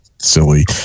silly